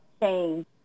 change